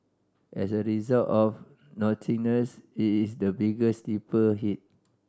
as a result of nothingness it is the biggest sleeper hit